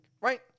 Right